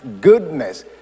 goodness